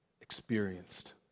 experienced